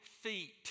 feet